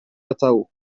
atav